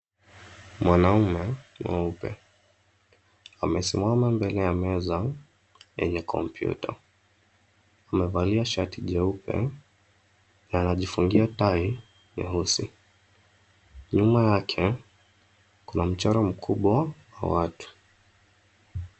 Mwanaume mweupe amesimama mbele ya meza enye computer. Amevali shati jeupe na anajifungia tai nyeusi. Nyuma yake kuna mchoro mkubwa wa watu.